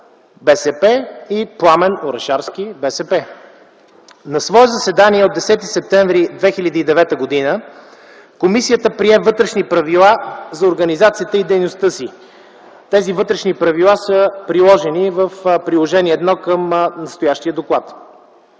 БСП и Пламен Орешарски, БСП. На свое заседание от 10 септември 2009 г. комисията прие Вътрешни правила за организацията и дейността си. Тези вътрешни правила са приложени в Приложение № 1 към настоящия доклад.